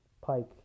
pike